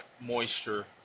moisture